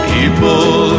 People